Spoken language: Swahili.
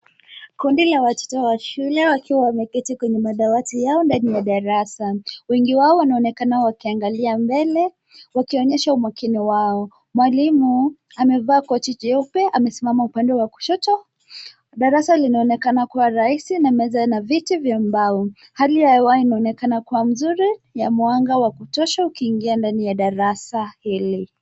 Kundi la watoto wa shule wakiwa wameketi kwenye madawati yao ndani ya darasa. Wengi wao wanaonekana wakiangalia mbele wakionyesha umakini wako. Mwalimu amevaa koti jeupe amesimama upande wa kushoto. Darasa linaonekana kuwa rahisi na meza na viti vya mbao. Hali ya hewa inaonekana kuwa mzuri na mwanga wa kutosha ukiingia ndani ya darasa hili.